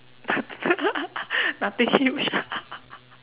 nothing huge